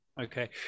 Okay